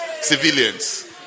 civilians